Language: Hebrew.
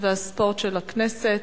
התרבות והספורט של הכנסת.